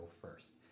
first